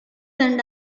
and